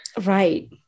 Right